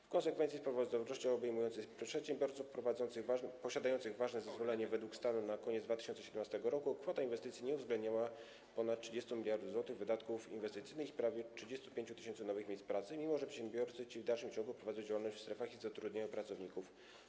W konsekwencji sprawozdawczości obejmującej przedsiębiorców posiadających ważne zezwolenie według stanu na koniec 2017 r. kwota inwestycji nie uwzględniała ponad 30 mld zł wydatków inwestycyjnych i prawie 35 tys. nowych miejsc pracy, mimo że przedsiębiorcy ci w dalszym ciągu prowadzą działalność w strefach i zatrudniają pracowników.